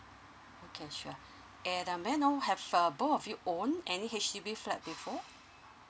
okay sure and uh may I know have uh both of you own any H_D_B flat before